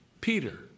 Peter